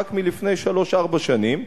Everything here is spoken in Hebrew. רק לפני שלוש-ארבע שנים,